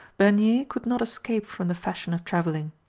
bernier could not escape from the fashion of travelling.